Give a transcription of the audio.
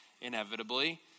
inevitably